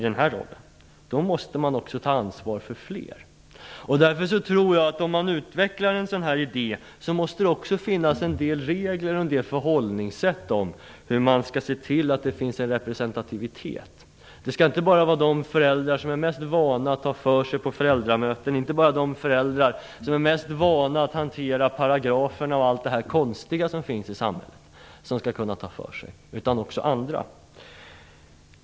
Då måste man också ta ansvar för fler. Därför tror jag att det, om man utvecklar en sådan här idé, måste finnas en del regler så att det blir en representativitet. Det skall inte bara vara de föräldrar som är mest vana vid att ta för sig på föräldramöten och som är mest vana vid att hantera paragrafer och allt det konstiga i samhället som skall vara delaktiga utan också andra.